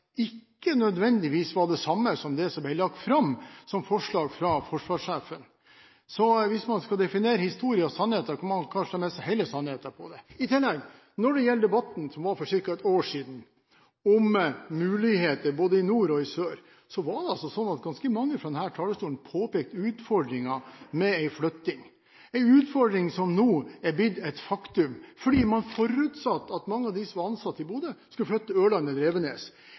ikke nødvendigvis var det samme som det som ble lagt fram som forslag fra Forsvarssjefen. Hvis man skal definere historien og sannheten, bør man fortelle hele sannheten. Når det gjelder debatten som var for ca. ett år siden – om muligheter både i nord og i sør – var det ganske mange fra denne talerstolen som påpekte utfordringer med en flytting, en utfordring som nå er blitt et faktum, fordi man forutsatte at mange av dem som var ansatt i Bodø, skulle flytte til Ørlandet eller Evenes.